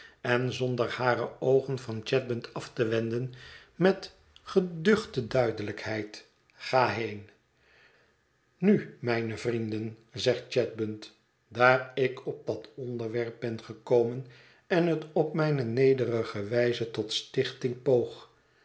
en zonder hare oogen van chadband af te wenden met geduchte duidelijkheid ga heen nu mijne vrienden zegt chadband daar ik op dat onderwerp ben gekomen en het op mijne nederige wijze tot stichting poog